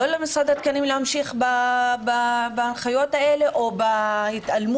לא למכון התקנים להמשיך בהנחיות האלה או בהתעלמות